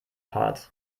part